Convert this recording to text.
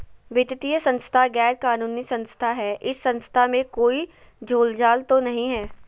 वित्तीय संस्था गैर कानूनी संस्था है इस संस्था में कोई झोलझाल तो नहीं है?